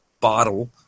bottle